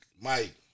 Mike